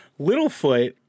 Littlefoot